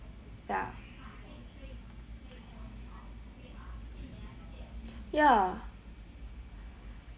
ya ya